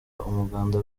umuganda